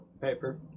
paper